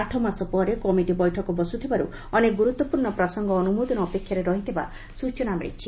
ଆଠମାସ ପରେ କମିଟି ବେଠକ ବସୁଥିବାରୁ ଅନେକ ଗୁରୁତ୍ୱପୂର୍ଶ୍ଚ ପ୍ରସଙ୍ଗ ଅନୁମୋଦନ ଅପେକ୍ଷାରେ ରହିଥିବା ସୂଚନା ମିଳିଛି